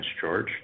George